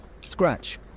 Scratch